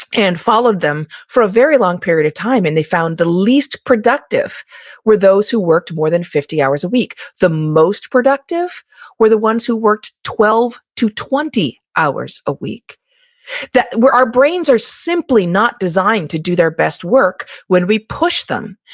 and followed them for a very long period of time. and they found the least productive were those who worked more than fifty hours a week. the most productive were the ones who worked twelve to twenty hours a week our brains are simply not designed to do their best work when we push them.